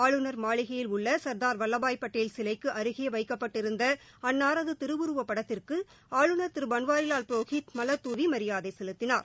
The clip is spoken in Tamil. ஆளுநர் மாளிகையில் உள்ள சர்தார் வல்லபாய் பட்டேல் சிலைக்கு அருகே வைக்கப்பட்டிருந்த அன்னாரது படத்திற்கு திருவுருவப் ஆளுநர் திரு பன்வாரிலால் புரோஹித் மலர் தூவி மரியாதை செலுத்தினார்